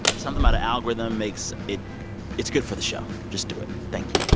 something about an algorithm makes it it's good for the show. just do it. thank